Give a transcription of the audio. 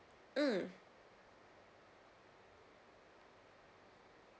mm